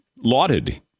lauded